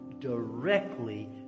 Directly